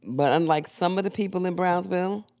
but unlike some of the people in brownsville,